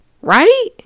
right